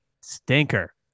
stinker